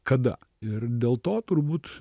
kada ir dėl to turbūt